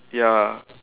ya